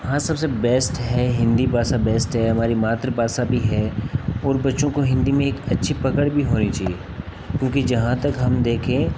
हाँ सबसे बेस्ट है हिंदी भाषा बेस्ट है हमारी मातृभाषा भी है और बच्चों को हिंदी में एक अच्छी पकड़ भी होनी चाहिए क्योंकि जहाँ तक हम देखें